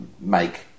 make